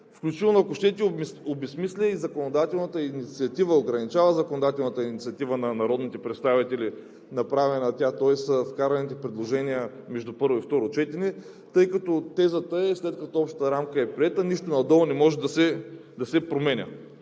включително, ако щете, обезсмисля законодателната инициатива, ограничава законодателната инициатива на народните представители, тоест вкараните предложения между първо и второ четене, тъй като тезата е, че след като общата рамка е приета, нищо надолу не може да се променя.